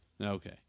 okay